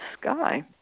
sky